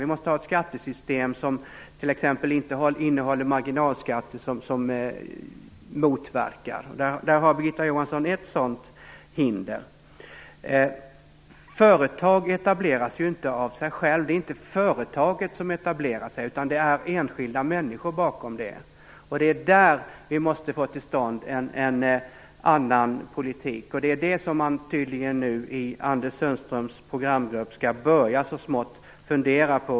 Vi måste ha ett skattesystem som t.ex. inte innehåller marginalskatter som motverkar företagandet. Där har Birgitta Johansson ett sådant hinder. Företag etableras inte av sig själva. Det är inte företaget som etablerar sig, utan det är enkilda människor bakom det. Det är där vi måste få till stånd en annan politik, och det är tydligen det som man nu i Anders Sundströms programgrupp så smått skall börja fundera på.